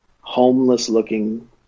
homeless-looking